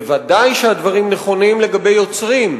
ודאי שהדברים נכונים לגבי יוצרים.